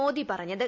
മോദി പറഞ്ഞത്